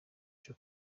cyo